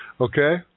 okay